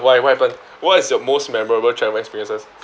why what happen what is your most memorable travel experiences